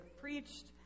preached